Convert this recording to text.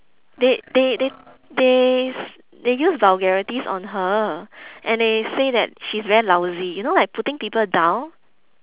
they they they they they use vulgarities on her and they say that she's very lousy you know like putting people down